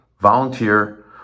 volunteer